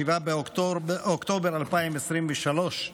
7 באוקטובר 2023,